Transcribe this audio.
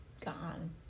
gone